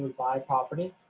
buy property,